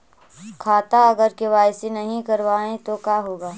खाता अगर के.वाई.सी नही करबाए तो का होगा?